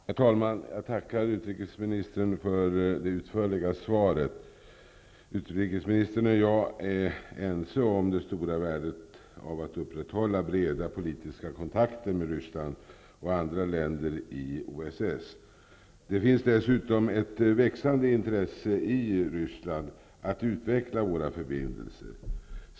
Herr talman! Jag tackar utrikesministern för det utförliga svaret. Utrikesministern och jag är ense om det stora värdet av att upprätthålla breda politiska kontakter med Ryssland och andra länder i OSS. Det finns dessutom ett växande intresse i Ryssland att utveckla våra förbindelser.